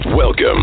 Welcome